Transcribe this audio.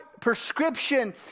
prescription